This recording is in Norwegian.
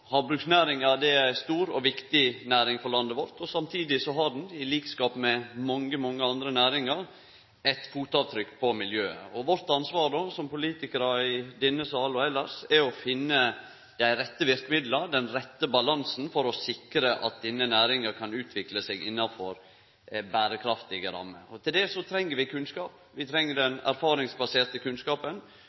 Havbruksnæringa er ei stor og viktig næring for landet vårt, og samtidig set ho, til liks med mange andre næringar, eit fotavtrykk på miljøet. Vårt ansvar som politikarar i denne salen, og elles, er å finne dei rette verkemidla, den rette balansen, for å sikre at denne næringa kan utvikle seg innafor berekraftige rammer. Til det treng vi kunnskap. Vi treng den erfaringsbaserte kunnskapen,